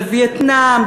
בווייטנאם,